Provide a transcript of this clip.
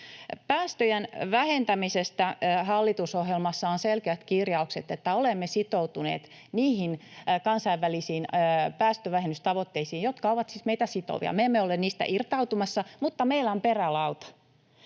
Päästöjen vähentämisestä on hallitusohjelmassa selkeät kirjaukset, että olemme sitoutuneet niihin kansainvälisiin päästövähennystavoitteisiin, jotka ovat siis meitä sitovia. Me emme ole niistä irtautumassa, mutta meillä on perälauta.